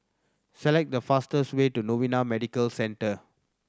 select the fastest way to Novena Medical Centre